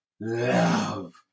love